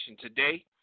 Today